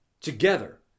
together